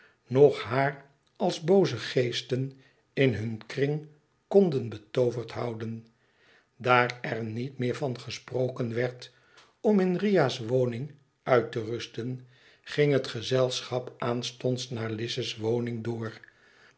noch haar als booze geesten in hun kring konden betooverd houden daar er niet meer van gesproken werd om in riah's woning uit te rusten ging het gezelschap aanstonds naar lize's woning door